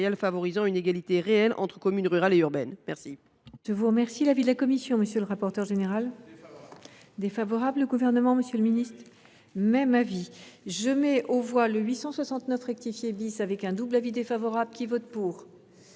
favorisant une égalité réelle entre communes rurales et urbaines. Quel